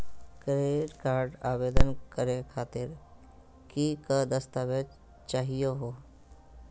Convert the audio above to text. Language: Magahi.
क्रेडिट कार्ड आवेदन करे खातीर कि क दस्तावेज चाहीयो हो?